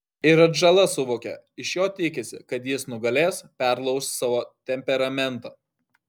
ir atžala suvokia iš jo tikisi kad jis nugalės perlauš savo temperamentą